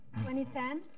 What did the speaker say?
2010